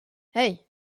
hey